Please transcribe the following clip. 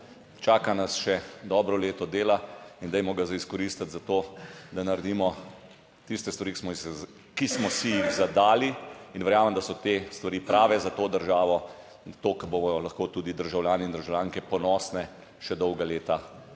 čaka nas še dobro leto dela in dajmo ga za izkoristiti, za to da naredimo tiste stvari, ki smo jih, ki smo si jih zadali in verjamem, da so te stvari prave za to državo in to bodo lahko tudi državljani in državljanke ponosne še dolga leta